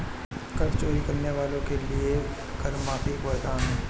कर चोरी करने वालों के लिए कर माफी एक वरदान है